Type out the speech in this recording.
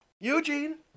Eugene